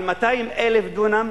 על 210,000 דונם,